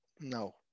No